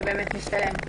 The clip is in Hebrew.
זה באמת משתלם,